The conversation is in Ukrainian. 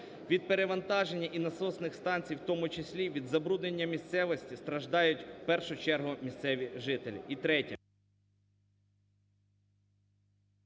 Від перевантаження і насосних станцій в тому числі і від забруднення місцевості страждають в першу чергу місцеві жителі.